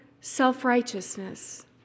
self-righteousness